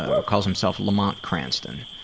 ah calls himself, lamont cranston,